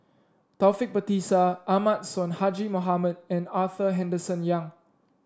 Taufik Batisah Ahmad Sonhadji Mohamad and Arthur Henderson Young